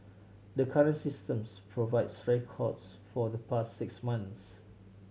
the current systems provides records for the past six months